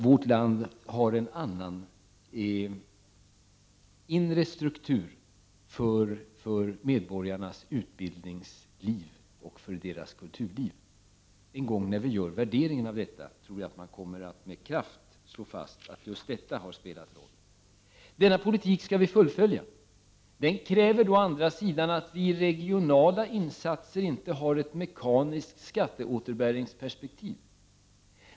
Vårt land har en annorlunda inre struktur för medborgarnas utbildningsliv och deras kulturliv. När vi en gång skall göra värderingen tror jag att man med kraft kommer att slå fast att just detta har spelat roll. Vi skall fullfölja den politiken. Den kräver i och för sig att vi inte har ett mekaniskt skatteåterbäringsperspektiv i de regionala insatserna.